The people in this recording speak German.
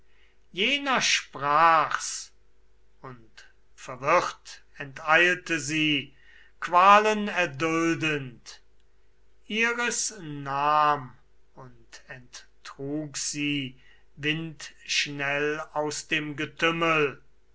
jener sprach's und verwirrt enteilte sie qualen erduldend iris nahm und enttrug sie windschnell aus dem getümmel